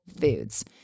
foods